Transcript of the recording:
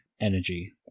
energy